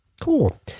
Cool